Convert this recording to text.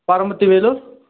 Paramathi Vellore